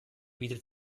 bietet